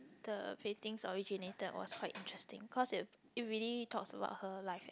the paintings originated was quite interesting cause it it really talks about her life